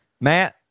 Matt